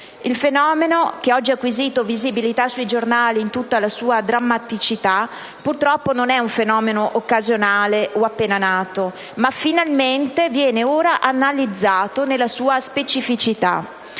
Il fenomeno che oggi ha acquisito visibilità nei giornali in tutta la sua drammaticità, purtroppo non è occasionale o appena nato, ma finalmente viene ora analizzato nella sua specificità.